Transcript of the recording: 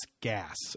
gas